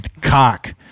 cock